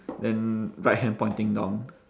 then right hand pointing down